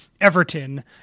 Everton